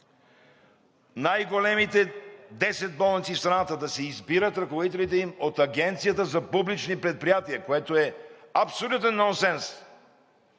най-големите 10 болници в страната да се избират от Агенцията за публични предприятия, което е абсолютен нонсенс